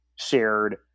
shared